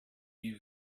you